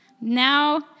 Now